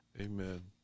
Amen